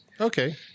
Okay